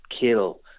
kill